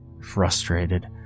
frustrated